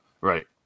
right